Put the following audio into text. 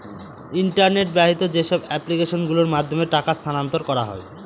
internet বাহিত যেসব application গুলোর মাধ্যমে টাকা স্থানান্তর করা হয়